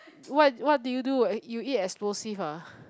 what what did you do you eat explosive ah